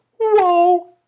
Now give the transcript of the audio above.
whoa